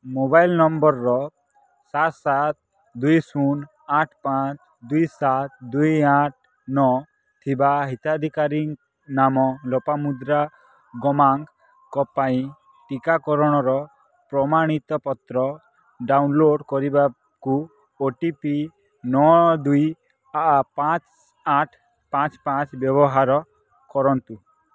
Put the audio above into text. mobile ନମ୍ବରର ସାତ ସାତ ଦୁଇ ଶୂନ ଆଠ ପାଞ୍ଚ ଦୁଇ ସାତ ଦୁଇ ଆଠ ନଅ ଥିବା ହିତାଧିକାରୀ ନାମ ଲୋପାମୁଦ୍ରା ଗମାଙ୍ଗଙ୍କ ପାଇଁ ଟିକାକରଣର ପ୍ରମାଣିତପତ୍ର ଡ଼ାଉନଲୋଡ଼୍ କରିବାକୁ ଓ ଟି ପି ନଅ ଦୁଇ ପାଞ୍ଚ ଆଠ ପାଞ୍ଚ ପାଞ୍ଚ ବ୍ୟବହାର କରନ୍ତୁ